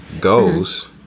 goes